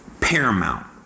paramount